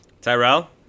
Tyrell